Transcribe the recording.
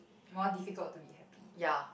more difficult to be happy